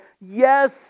yes